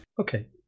Okay